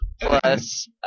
plus